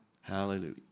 Hallelujah